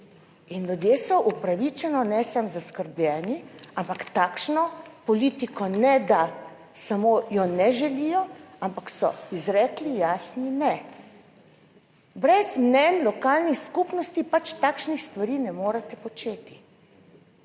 In ljudje so upravičeno ne samo zaskrbljeni, ampak takšno politiko ne da samo, je ne želijo, ampak so izrekli jasni ne. Brez mnenj lokalnih skupnosti pač takšnih stvari ne morete početi.